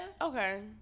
Okay